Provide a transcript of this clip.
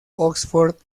oxford